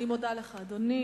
אני מודה לך, אדוני.